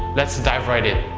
let's dive right in.